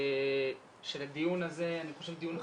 אני חושב שהדיון הזה הוא דיון חשוב,